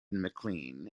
mclean